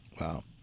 wow